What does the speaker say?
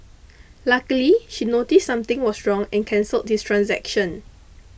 luckily she noticed something was wrong and cancelled his transaction